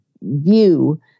view